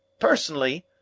personally,